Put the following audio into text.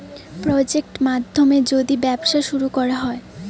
project মাধ্যমে যদি ব্যবসা শুরু করা হয়